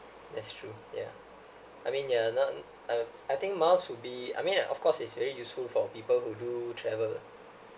that's true yeah I mean yeah now II think miles would be I mean of course it's very useful for people who do travel